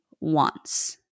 wants